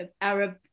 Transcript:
Arab